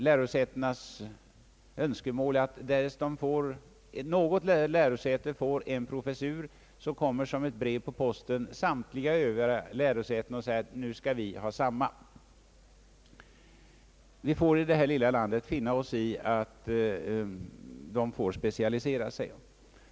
Lärosätenas inställning är att därest något lärosäte får en professur så kommer som ett brev på posten samtliga övriga lärosäten och begär detsamma. Vi får i detta lilla land finna oss i att de måste specialisera sig.